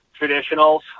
Traditionals